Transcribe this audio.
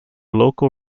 local